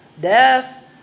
death